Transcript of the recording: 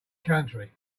country